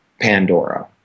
pandora